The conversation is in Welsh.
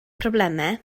problemau